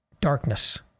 darkness